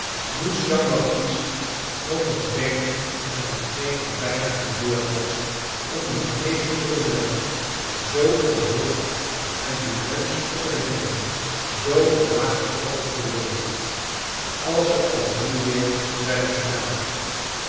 moest jean baptist nog eens denken aan het geen er bijna gebeurd was om dien knevel te beletten zoo omhoog en dien neus te verhinderen zoo omla g getrokken te worden als ze ook nu weer werden gedaan